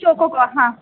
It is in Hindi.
चोको का हाँ